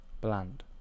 bland